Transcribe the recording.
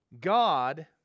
God